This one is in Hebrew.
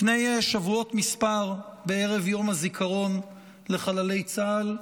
לפני שבועות מספר, בערב יום הזיכרון לחללי צה"ל,